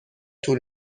طول